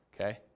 Okay